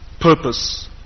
purpose